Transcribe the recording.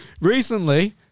recently